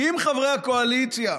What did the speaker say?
כי אם חברי הקואליציה,